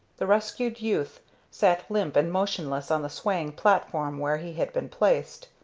the rescued youth sat limp and motionless on the swaying platform where he had been placed,